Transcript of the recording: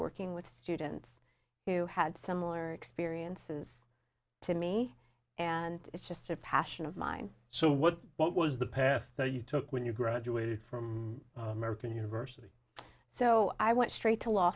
working with students who had similar experiences to me and it's just a passion of mine so what what was the path that you took when you graduated from american university so i went straight to law